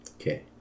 Okay